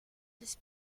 this